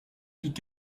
pick